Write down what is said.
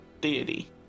deity